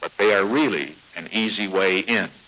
ah they are really an easy way in,